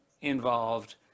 involved